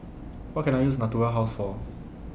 What Can I use Natura House For